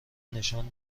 نشان